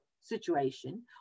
situation